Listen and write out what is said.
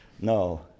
No